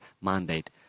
mandate